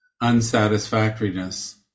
unsatisfactoriness